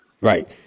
right